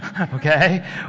okay